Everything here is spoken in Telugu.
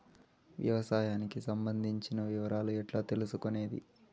వ్యవసాయానికి సంబంధించిన వివరాలు ఎట్లా తెలుసుకొనేది?